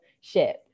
ship